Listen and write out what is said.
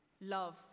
love